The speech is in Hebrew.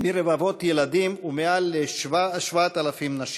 מרבבת ילדים ומעל 7,000 נשים.